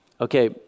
Okay